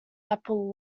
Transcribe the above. apple